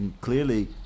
Clearly